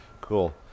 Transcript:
Cool